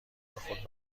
خود